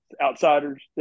Outsiders